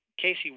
Casey